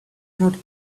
not